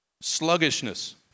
sluggishness